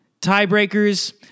Tiebreakers